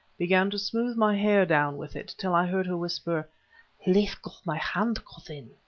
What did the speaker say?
began to smooth my hair down with it till i heard her whisper leave go my hand, cousin.